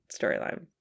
storyline